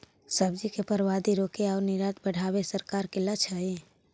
सब्जि के बर्बादी रोके आउ निर्यात बढ़ावे के सरकार के लक्ष्य हइ